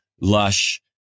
lush